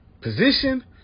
position